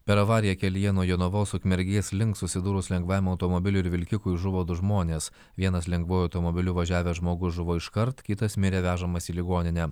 per avariją kelyje nuo jonavos ukmergės link susidūrus lengvajam automobiliui ir vilkikui žuvo du žmonės vienas lengvuoju automobiliu važiavęs žmogus žuvo iškart kitas mirė vežamas į ligoninę